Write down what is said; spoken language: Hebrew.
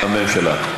הממשלה.